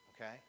Okay